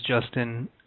Justin